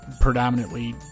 predominantly